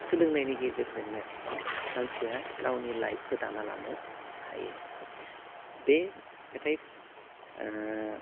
सोलोंनायनि गेजेरजोंनो मानसिया गावनि लाइफखो दाना लानो हायो बे मेथाइ ओह